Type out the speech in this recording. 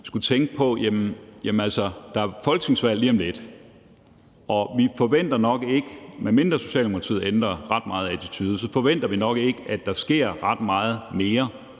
skulle tænke på, at der jo er folketingsvalg lige om lidt, og vi forventer nok ikke – medmindre Socialdemokratiet ændrer attitude ret meget – at der sker ret meget mere